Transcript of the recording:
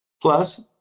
plus,